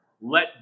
let